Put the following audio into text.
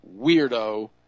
weirdo